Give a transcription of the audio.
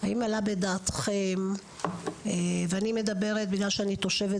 האם עלה בדעתכם ואני מדברת בגלל שאני תושבת